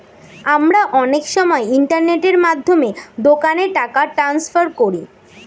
আমরা অনেক সময় ইন্টারনেটের মাধ্যমে দোকানে টাকা ট্রান্সফার করি